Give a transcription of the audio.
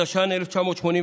התש"ן 1989,